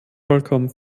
vollkommen